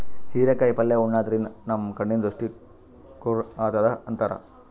ಹಿರೇಕಾಯಿ ಪಲ್ಯ ಉಣಾದ್ರಿನ್ದ ನಮ್ ಕಣ್ಣಿನ್ ದೃಷ್ಟಿ ಖುರ್ ಆತದ್ ಅಂತಾರ್